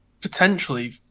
potentially